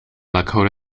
lakota